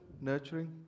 nurturing